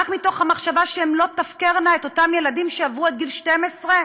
רק מתוך המחשבה שהן לא תפקרנה את אותם ילדים שעברו את גיל 12?